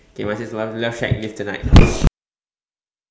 K mine says one love shack live tonight oh